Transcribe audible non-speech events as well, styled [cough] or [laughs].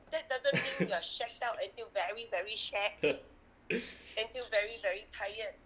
[laughs]